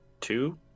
two